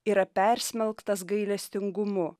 yra persmelktas gailestingumu